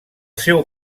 seu